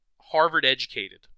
Harvard-educated